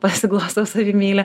pasiglostau savimeilę